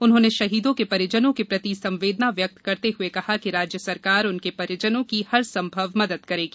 उन्होंने शहीद के परिजनों के प्रति संवेदना व्यक्त करते हुए कहा कि राज्य सरकार उनके परिजनों की हर संभव मदद करेगी